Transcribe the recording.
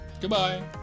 goodbye